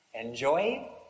Enjoy